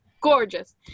gorgeous